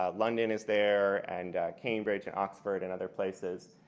ah london is there, and cambridge, and oxford and other places.